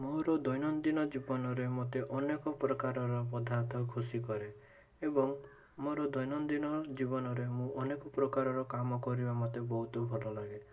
ମୋର ଦୈନନ୍ଦିନ ଜୀବନରେ ମୋତେ ଅନେକ ପ୍ରକାରର ପଦାର୍ଥ ଖୁସି କରେ ଏବଂ ମୋର ଦୈନନ୍ଦିନ ଜୀବନରେ ମୁଁ ଅନେକ ପ୍ରକାରର କାମ କରିବା ମୋତେ ବହୁତ ଭଲ ଲାଗେ